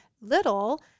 little